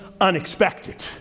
unexpected